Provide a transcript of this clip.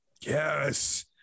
Yes